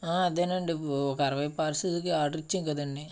అదేనండి ఒక అరవై పార్సల్కి ఆర్డర్ ఇచ్చాం కదండీ